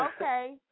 Okay